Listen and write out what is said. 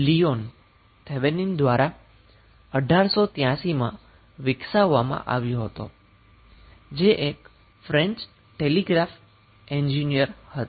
Leon Thevenin દ્વારા 1883 માં વિકસાવવામાં આવ્યો હતો જે ફ્રેન્ચ ટેલિગ્રાફ એન્જિનિયર હતા